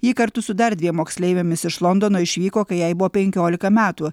ji kartu su dar dviem moksleivėmis iš londono išvyko kai jai buvo penkiolika metų